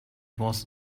was